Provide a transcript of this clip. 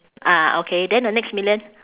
ah okay then the next million